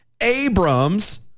Abrams